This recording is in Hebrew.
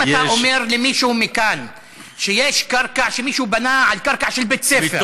אם אתה אומר למישהו מכאן שמישהו בנה על קרקע של בית-ספר או בכביש,